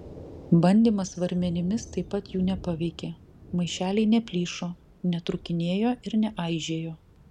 bandymas svarmenimis taip pat jų nepaveikė maišeliai neplyšo netrūkinėjo ir neaižėjo